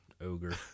ogre